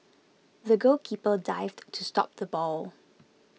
the goalkeeper dived to stop the ball